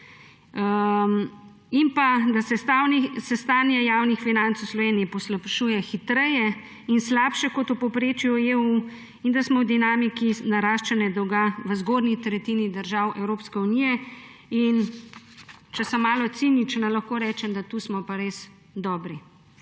in pa, da se stanje javnih financ v Sloveniji poslabšuje hitreje in slabše kot v povprečju EU in da smo v dinamiki naraščanja dolga v zgodnji tretjini držav Evropske unije. Če sem malo cinična, lahko rečem, da tukaj smo pa res dobri.